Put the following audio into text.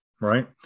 right